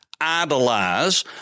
idolize